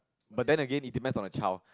but then again it depends on the child